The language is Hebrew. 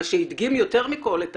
מה שהדגים יותר מכל את